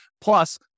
Plus